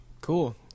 Cool